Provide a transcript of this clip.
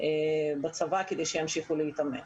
בצבא כדי שימשיכו להתאמן.